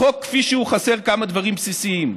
החוק כפי שהוא חסר כמה דברים בסיסיים: